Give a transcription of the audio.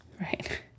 Right